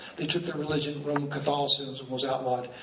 they took their religion, roman catholicism was outlawed.